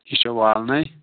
یہِ چھےٚ والنَے